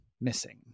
missing